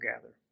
gather